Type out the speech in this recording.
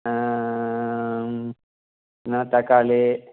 என்ன தக்காளி